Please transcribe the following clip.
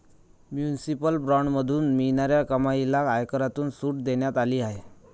municipal बॉण्ड्समधून मिळणाऱ्या कमाईला आयकरातून सूट देण्यात आली आहे